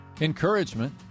encouragement